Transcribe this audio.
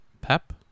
Pep